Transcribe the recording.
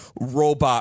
robot